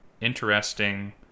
interesting